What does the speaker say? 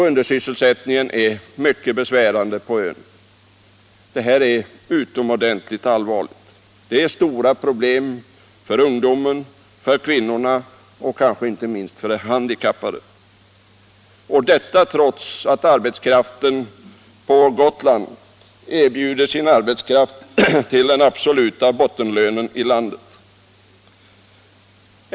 Undersysselsättningen på ön är mycket besvärande. Detta är utomordentligt allvarligt. Det är stora problem för ungdomen, kvinnorna och inte minst de handikappade — och detta trots att de erbjuder sin arbetskraft till den absoluta bottenlönen i landet.